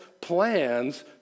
plans